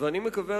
אני מקווה,